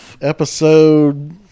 Episode